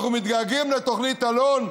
אנחנו מתגעגעים לתוכנית אלון,